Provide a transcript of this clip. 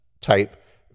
type